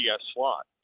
slot